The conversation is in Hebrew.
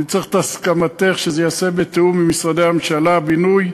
אני צריך את הסכמתך שזה ייעשה בתיאום עם משרדי הממשלה: בינוי,